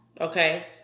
Okay